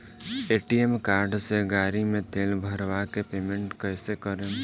ATM card से गाड़ी मे तेल भरवा के पेमेंट कैसे करेम?